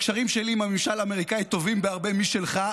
הקשרים שלי עם הממשל האמריקני טובים בהרבה משלך,